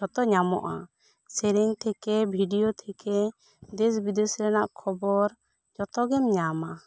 ᱡᱚᱛᱚ ᱧᱟᱢᱚᱜᱼᱟ ᱥᱮᱨᱮᱧ ᱛᱷᱮᱠᱮ ᱵᱷᱤᱰᱤᱭᱚ ᱛᱷᱮᱠᱮ ᱫᱮᱥ ᱵᱤᱫᱮᱥ ᱨᱮᱱᱟᱜ ᱠᱷᱚᱵᱚᱨ ᱡᱚᱛᱚ ᱜᱮᱢ ᱧᱟᱢᱟ